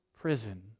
prison